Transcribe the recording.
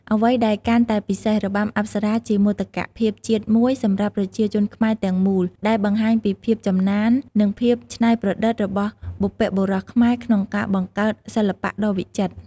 អ្វីដែលកាន់តែពិសេស របាំអប្សរាជាមោទកភាពជាតិមួយសម្រាប់ប្រជាជនខ្មែរទាំងមូល ដែលបង្ហាញពីភាពចំណាន និងភាពច្នៃប្រឌិតរបស់បុព្វបុរសខ្មែរក្នុងការបង្កើតសិល្បៈដ៏វិចិត្រ។